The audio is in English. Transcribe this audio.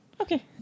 okay